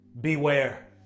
beware